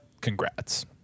congrats